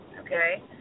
okay